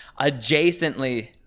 adjacently